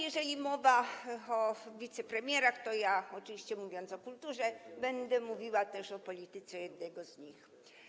Jeżeli mowa o wicepremierach, to ja oczywiście, mówiąc o kulturze, będę mówiła też o polityce jednego z nich.